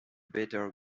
better